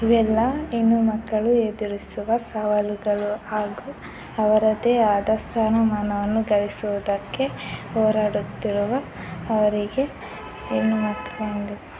ಇವೆಲ್ಲ ಹೆಣ್ಣುಮಕ್ಕಳು ಎದುರಿಸುವ ಸವಾಲುಗಳು ಹಾಗೂ ಅವರದ್ದೇ ಆದ ಸ್ಥಾನಮಾನವನ್ನು ಗಳಿಸುವುದಕ್ಕೆ ಹೋರಾಡುತ್ತಿರುವ ಅವರಿಗೆ ಹೆಣ್ಣುಮಕ್ಕಳಲ್ಲಿ